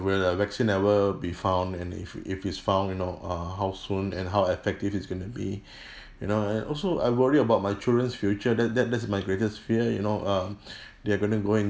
will a vaccine ever be found and if you if it's found you know uh how soon and how effective it's going to be you know uh and also I worry about my children's future that that that's my greatest fear you know uh they're going to go in